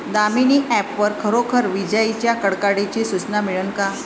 Damini app वर खरोखर विजाइच्या कडकडाटाची सूचना मिळन का?